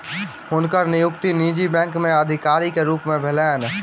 हुनकर नियुक्ति निजी बैंक में अधिकारी के रूप में भेलैन